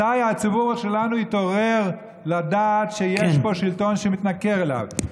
מתי הציבור שלנו יתעורר לדעת שיש פה שלטון שמתנכר אליו?